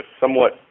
somewhat